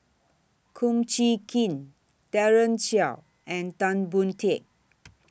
Kum Chee Kin Daren Shiau and Tan Boon Teik